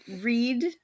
read